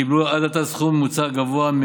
נצביע בעד ונגד העברה לוועדה,